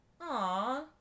Aw